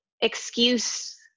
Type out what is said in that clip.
excuse